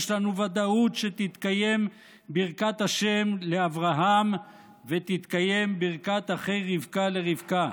יש לנו ודאות שתתקיים ברכת השם לאברהם ותתקיים ברכת אחי רבקה לרבקה.